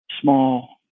small